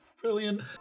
brilliant